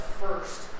first